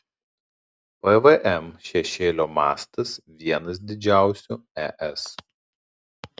pvm šešėlio mastas vienas didžiausių es